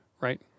right